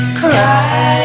cry